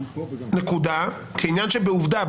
נקודה, כעניין שבעובדה.